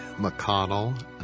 McConnell